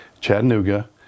Chattanooga